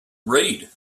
read